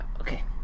Okay